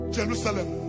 Jerusalem